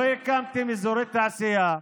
לא הקמתם אזורי תעשייה,